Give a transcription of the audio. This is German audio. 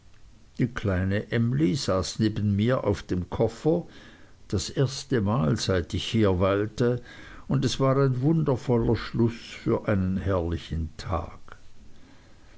die kleine emly saß neben mir auf dem koffer das erste mal seit ich hier weilte und es war ein wundervoller schluß für einen herrlichen tag